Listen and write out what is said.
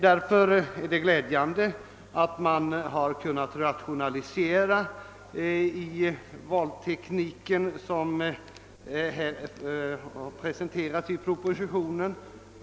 Därför är det tillfredsställande att valtekniken har kunnat rationaliseras enligt det förslag som framlagts i propositionen.